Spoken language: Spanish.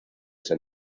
san